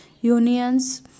unions